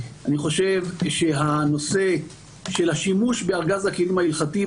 אני חושב שהנושא של השימוש בארגז הכלים ההלכתי,